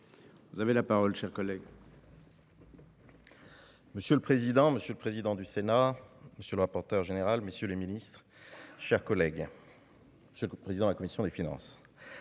vous avez la parole cher collègue.